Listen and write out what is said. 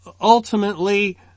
ultimately